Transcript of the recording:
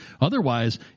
Otherwise